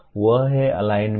वह है अलाइनमेंट